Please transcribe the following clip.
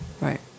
Right